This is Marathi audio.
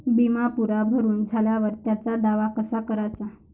बिमा पुरा भरून झाल्यावर त्याचा दावा कसा कराचा?